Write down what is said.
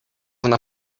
wanna